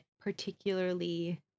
particularly